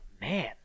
man